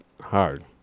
hard